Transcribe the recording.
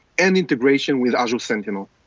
and integration with azure sentinel.